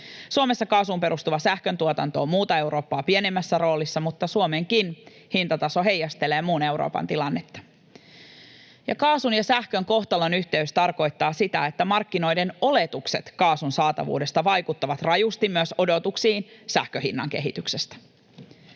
Suomessa kaasuun perustuva sähköntuotanto on muuta Eurooppaa pienemmässä roolissa, mutta Suomenkin hintataso heijastelee muun Euroopan tilannetta. Kaasun ja sähkön kohtalonyhteys tarkoittaa sitä, että markkinoiden oletukset kaasun saatavuudesta vaikuttavat rajusti myös odotuksiin sähkön hinnan kehityksestä.